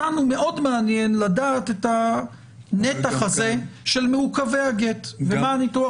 אותנו מאוד מעניין לדעת את הנתח הזה של מעוכבי הגט ומה הניתוח